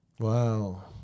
Wow